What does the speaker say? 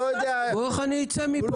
בואו אני אצא מפה.